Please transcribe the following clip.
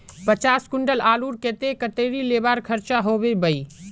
पचास कुंटल आलूर केते कतेरी लेबर खर्चा होबे बई?